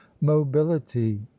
mobility